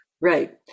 Right